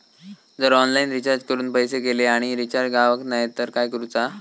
जर online recharge करून पैसे गेले आणि रिचार्ज जावक नाय तर काय करूचा?